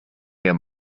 mir